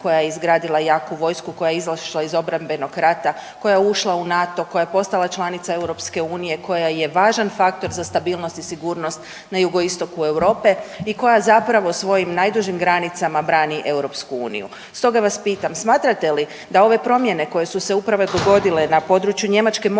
koja je izgradila jaku vojsku, koja je izašla iz obrambenog rata, koja je ušla u NATO, koja je postala članica Europske unije, koja je važan faktor za stabilnost i sigurnost na jugoistoku Europe i koja zapravo svojim najdužim granicama brani Europsku uniju, stoga vas pitam smatrate li da ove promjene koje su se upravo dogodile na području Njemačke mogu